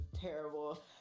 terrible